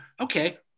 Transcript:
okay